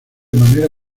manera